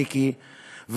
מיקי,